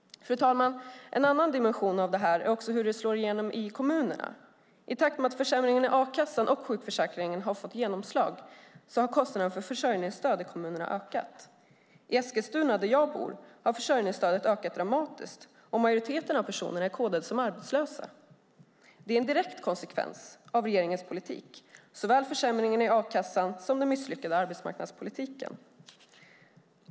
Fru talman! En annan dimension av det här är också hur det slår igenom i kommunerna. I takt med att försämringarna i a-kassan och sjukförsäkringen har fått genomslag har kostnaderna för försörjningsstöd i kommunerna ökat. I Eskilstuna, där jag bor, har försörjningsstödet ökat dramatiskt, och majoriteten av personerna är kodade som arbetslösa. Det är en direkt konsekvens av regeringens politik, såväl försämringarna i a-kassan som den misslyckade arbetsmarknadspolitiken.